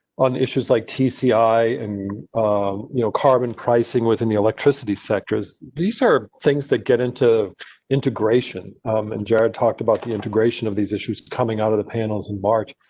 on issues like tci and ah you know carbon pricing within the electricity sectors. these are things that get into integration and jared talked about the integration of these issues coming out of the panels in march.